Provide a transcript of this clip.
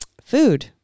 food